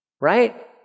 right